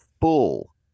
full